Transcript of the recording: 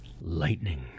Lightning